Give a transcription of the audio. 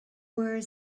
were